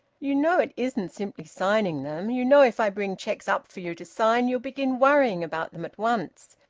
you know it isn't simply signing them. you know if i bring cheques up for you to sign you'll begin worrying about them at once,